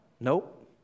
Nope